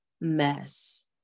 mess